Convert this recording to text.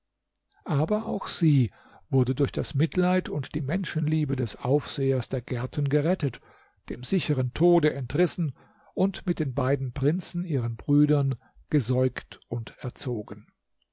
aber auch sie wurde durch das mitleid und die menschenliebe des aufsehers der gärten gerettet dem sicheren tode entrissen und mit den beiden prinzen ihren brüdern gesäugt und erzogen